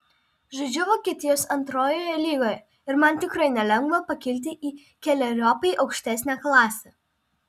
žaidžiu vokietijos antrojoje lygoje ir man tikrai nelengva pakilti į keleriopai aukštesnę klasę